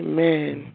Amen